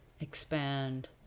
Expand